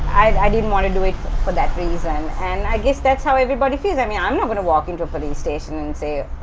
i didn't want to do it for that reason. and i guess that's how everybody feels, i mean i'm not going to walk into a police station and say.